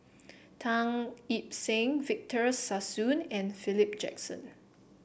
Tan Seng Victor Sassoon and Philip Jackson